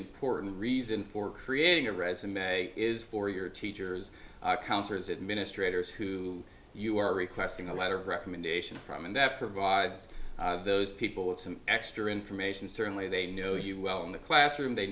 important reason for creating a resume is for your teachers counselors administrators who you are requesting a letter of recommendation from and that provides those people with some extra information certainly they know you well in the classroom they